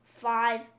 five